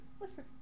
listen